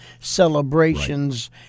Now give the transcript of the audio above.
celebrations